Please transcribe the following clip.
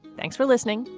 thanks for listening.